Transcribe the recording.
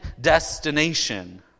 destination